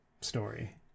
story